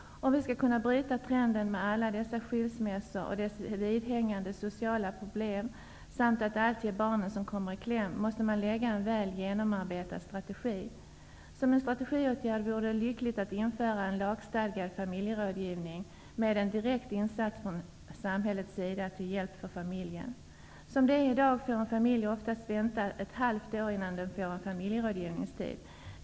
Om vi skall kunna bryta trenden med alla dessa skilsmässor och deras vidhängande sociala problem, om vi skall kunna ändra på det faktum att barnen alltid kommer i kläm, måste vi ha en väl genomarbetad strategi. Som en strategiåtgärd vore det lyckligt att införa en lagstadgad familjerådgivning med en direkt insats från samhällets sida till hjälp för familjen. Som det är i dag får en familj oftast vänta ett halvt år innan den får en familjerådgivningstid.